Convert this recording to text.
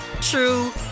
true